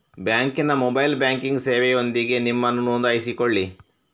ಬ್ಯಾಂಕಿನ mobile banking ಸೇವೆಯೊಂದಿಗೆ ನಿಮ್ಮನ್ನು ನೋಂದಾಯಿಸಿಕೊಳ್ಳಿ